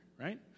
right